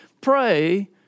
pray